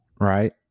right